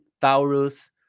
Taurus